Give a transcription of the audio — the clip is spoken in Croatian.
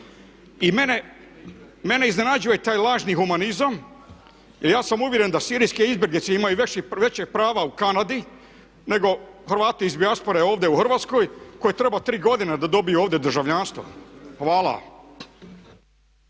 I mene iznenađuje taj lažni humanizam, jer ja sam uvjeren da sirijske izbjeglice imaju veća prava u Kanadi, nego Hrvati iz dijaspore ovdje u Hrvatskoj kojima treba tri godine da dobiju ovdje državljanstvo. Hvala.